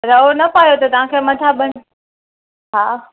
रओ न पायो त तव्हां खे मथां बि हा